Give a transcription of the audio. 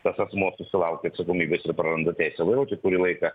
tas asmuo susilaukia atsakomybės ir praranda teisę vairuoti kurį laiką